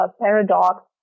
paradox